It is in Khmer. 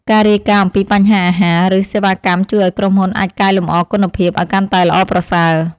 ការរាយការណ៍អំពីបញ្ហាអាហារ ឬសេវាកម្មជួយឱ្យក្រុមហ៊ុនអាចកែលម្អគុណភាពឱ្យកាន់តែល្អប្រសើរ។